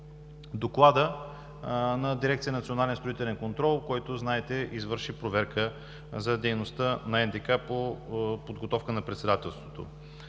доклада на дирекция „Национален строителен контрол“, която, знаете, извърши проверка за дейността на НДК по подготовка на председателството.